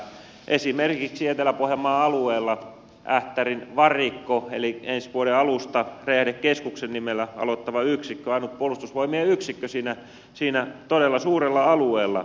esimerkiksi etelä pohjanmaan alueella ähtärin varikko eli ensi vuoden alusta räjähdekeskuksen nimellä aloittava yksikkö on ainut puolustusvoimien yksikkö siinä todella suurella alueella